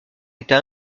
état